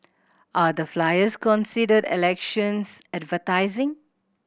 are the flyers considered elections advertising